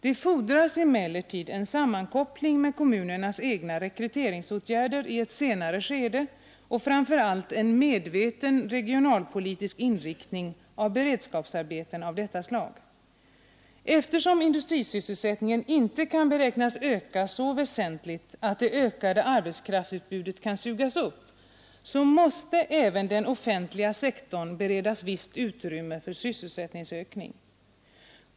Det fordras emellertid en sammankoppling med kommunernas egna rekryteringsåtgärder i ett senare skede och framför allt en medveten regionalpolitisk inriktning av beredskapsarbeten av detta slag. Eftersom industrisysselsättningen inte kan beräknas öka så väsentligt att det ökade arbetskraftsutbudet kan sugas upp, måste även den offentliga sektorn beredas visst utrymme för sysselsättningsökning.